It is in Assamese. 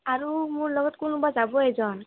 আৰু মোৰ লগত কোনোবা যাব এজন